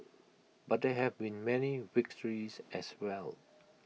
but there have been many victories as well